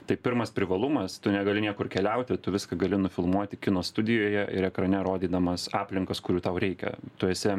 tai pirmas privalumas tu negali niekur keliauti tu viską gali nufilmuoti kino studijoje ir ekrane rodydamas aplinkas kurių tau reikia tu esi